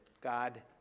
God